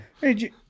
Hey